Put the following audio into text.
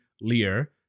Lear